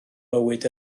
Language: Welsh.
mywyd